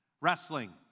Wrestling